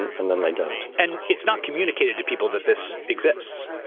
and and then they don't. and it's not communicated to people that this exists.